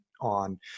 on